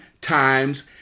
times